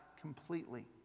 completely